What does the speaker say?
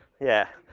yeah.